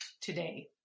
today